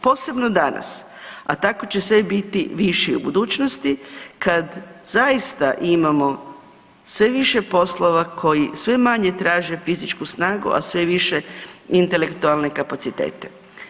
Posebno danas, a tako će sve biti više i u budućnosti kad zaista imamo sve više poslova koji sve manje traže fizičku snagu, a sve više intelektualne kapacitete.